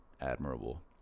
admirable